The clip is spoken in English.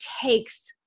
takes